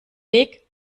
weg